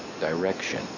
direction